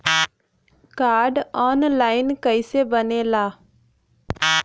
Card online कइसे बनेला?